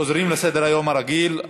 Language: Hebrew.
חוזרים לסדר-היום הרגיל: